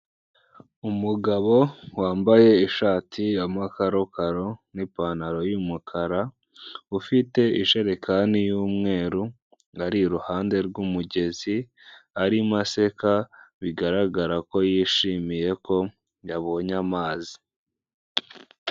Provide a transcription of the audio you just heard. Umugabo wambaye ishati ya makarokaro n'ipantaro y'umukara, ufite ijerekani y'umweru, ari iruhande rw'umugezi, arimo aseka, bigaragara ko yishimiye ko yabonye amazi.